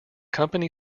company